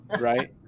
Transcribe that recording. Right